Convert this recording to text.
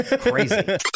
Crazy